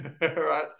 right